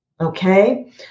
Okay